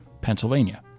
Pennsylvania